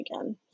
again